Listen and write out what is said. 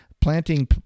planting